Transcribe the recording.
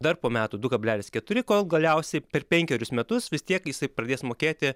dar po metų du kablelis keturi kol galiausiai per penkerius metus vis tiek jisai pradės mokėti